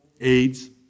AIDS